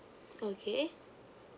okay